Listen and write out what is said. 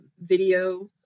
video